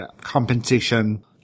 compensation